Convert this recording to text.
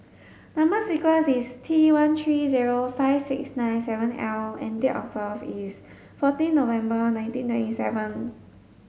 number sequence is T one three zero five six nine seven L and date of birth is fourteen November nineteen twenty seven